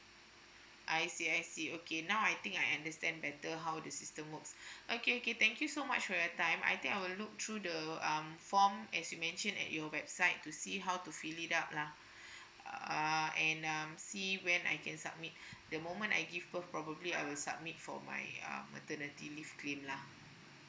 I see I see okay now I think I understand better how the system works okay okay thank you so much for your time I think I will look through the um form as you mention at your website to see how to fill it up lah uh and um see when I can submit the moment I give birth probably I'll submit for my uh maternity leave claim lah